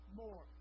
more